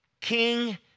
king